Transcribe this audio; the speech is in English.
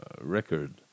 record